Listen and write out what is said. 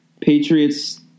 Patriots